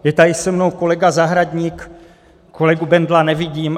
Je tady se mnou kolega Zahradník, kolegu Bendla nevidím.